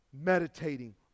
meditating